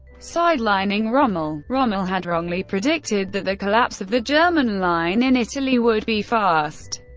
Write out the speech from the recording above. sidelining rommel. rommel had wrongly predicted that the collapse of the german line in italy would be fast.